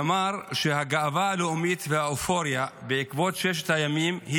הוא אמר ש"הגאווה הלאומית והאופוריה בעקבות ששת הימים היא